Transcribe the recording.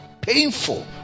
painful